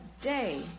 day